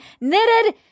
knitted